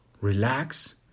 Relax